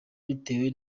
bitewe